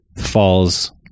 falls